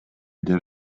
деп